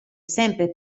sempre